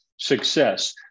success